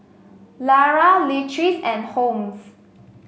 Lara Leatrice and Holmes